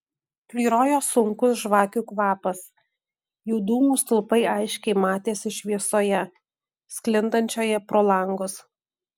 tvyrojo sunkus žvakių kvapas jų dūmų stulpai aiškiai matėsi šviesoje sklindančioje pro langus